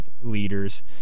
leaders